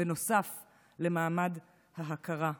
נוסף למעמד ההכרה.